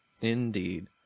Indeed